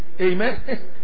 Amen